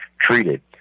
treated